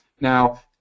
Now